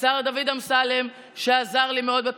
השר דוד אמסלם שעזר לי מאוד בתמיכה,